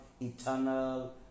eternal